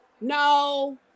no